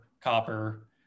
copper